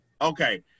okay